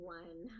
one